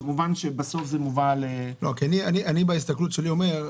כמובן שבסוף זה מובא --- בהסתכלות שלי אני אומר,